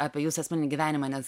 apie jūsų asmeninį gyvenimą nes